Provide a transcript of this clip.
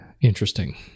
interesting